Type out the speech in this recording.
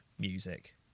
music